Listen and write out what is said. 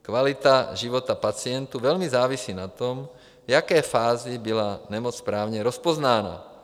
Kvalita života pacientů velmi závisí na tom, v jaké fázi byla nemoc správně rozpoznána.